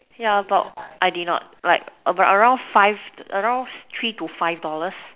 ya but I did not like around five around three to five dollars